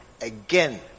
again